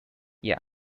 yeah